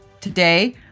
Today